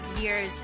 years